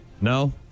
No